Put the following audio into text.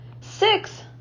six